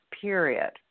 period